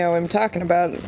so i'm talking about.